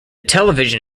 television